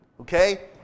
Okay